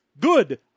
good